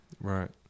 Right